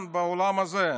זה היה כאן, באולם הזה,